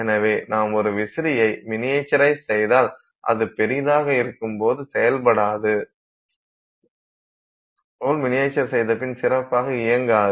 எனவே நாம் ஒரு விசிறியை மினியேச்சரைஸ் செய்தால் அது பெரிதாக இருக்கும்போது செயல்பட்டது போல் மினியேச்சரைஸ் செய்தபின் சிறப்பாக இயங்காது